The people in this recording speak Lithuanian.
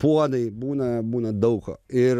puodai būna būna daug ko ir